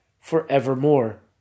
forevermore